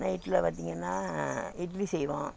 நைட்டில் பார்த்தீங்கன்னா இட்லி செய்வோம்